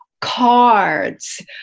cards